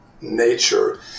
nature